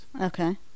okay